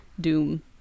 doom